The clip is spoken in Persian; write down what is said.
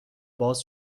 باز